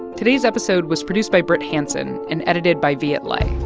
today's episode was produced by brit hanson and edited by viet le.